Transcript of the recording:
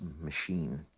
machine